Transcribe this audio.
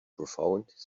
profound